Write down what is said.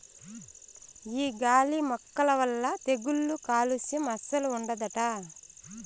ఈ గాలి మొక్కల వల్ల తెగుళ్ళు కాలుస్యం అస్సలు ఉండదట